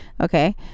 okay